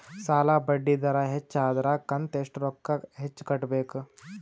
ಸಾಲಾ ಬಡ್ಡಿ ದರ ಹೆಚ್ಚ ಆದ್ರ ಕಂತ ಎಷ್ಟ ರೊಕ್ಕ ಹೆಚ್ಚ ಕಟ್ಟಬೇಕು?